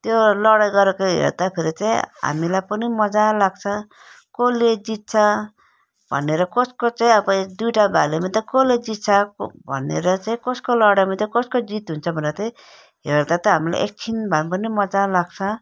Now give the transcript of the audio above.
त्यो लडाइ गरेको हेर्दाखेरि चाहिँ हामीलाई पनि मज्जा लाग्छ कसले जित्छ भनेर कसको चाहिँ अब एक दुइटा भालेमा त कसले जित्छ भनेर चाहिँ कसको लडाइमा चाहिँ कसको जित हुन्छ भनेर चाहिँ हेर्दा त हामीलाई एकछिन भए पनि मज्जा लाग्छ